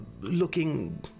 looking